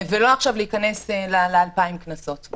ולא עכשיו להיכנס לדיון על 2,000 הקנסות.